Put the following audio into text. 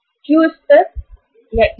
Q स्तर EOQ स्तर 224 है